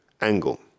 angle